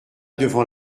devant